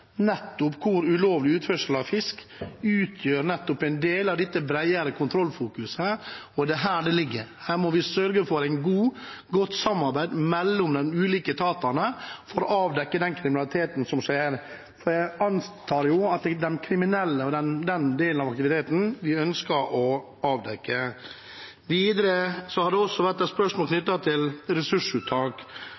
nettopp ulovlig utførsel av fisk utgjør en del av dette bredere kontrollfokuset – og det er her det ligger. Her må vi sørge for et godt samarbeid mellom de ulike etatene for å avdekke den kriminaliteten som skjer. Jeg antar jo at det er den kriminelle delen av aktiviteten vi ønsker å avdekke. Det har også vært spørsmål